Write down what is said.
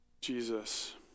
Jesus